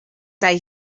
day